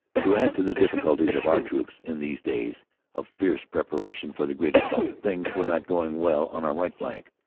to add to the difficulties of our troops in these days of fierce preparation for the great assault things were not going well on our right flank.